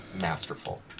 masterful